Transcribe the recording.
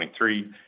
2023